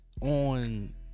on